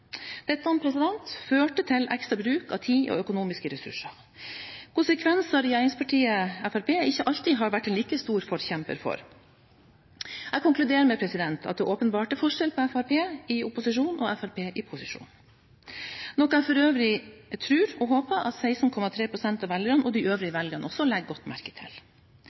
Dette førte til ekstra bruk av tid og økonomiske ressurser – konsekvenser regjeringspartiet Fremskrittspartiet ikke alltid har vært en like stor forkjemper for. Jeg konkluderer med at det åpenbart er forskjell på Fremskrittspartiet i opposisjon og Fremskrittspartiet i posisjon – noe jeg for øvrig tror og håper at 16,3 pst. av velgerne, og de øvrige velgerne også, legger godt merke til.